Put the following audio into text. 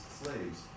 slaves